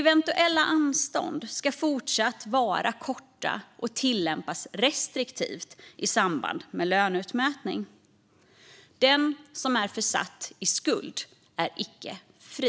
Eventuella anstånd ska fortsätta att vara korta och tillämpas restriktivt i samband med löneutmätning. Den som är försatt i skuld är icke fri.